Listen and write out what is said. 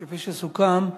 כפי שסוכם,